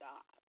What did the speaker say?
God